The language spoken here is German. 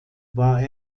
war